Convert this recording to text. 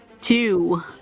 Two